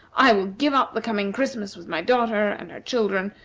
i will give up the coming christmas with my daughter and her children,